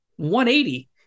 180